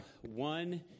one